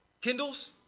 Kindles